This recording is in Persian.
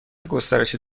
گسترش